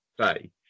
say